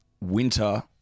winter